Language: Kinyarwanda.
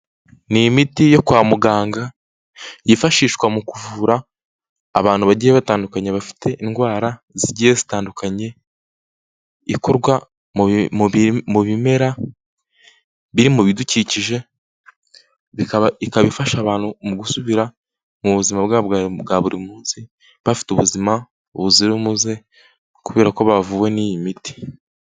Ni imiti yo kwa muganga yifashishwa mu kuvura abantu bagiye batandukanya bafite indwara zigiye zitandukanye, ikorwa mu bimera biri mu bidukikije. Ikaba ifasha abantu mu gusubira mu buzima bwabo bwa buri munsi bafite ubuzima buzira umuze kubera ko bavuwe n'iyi miti.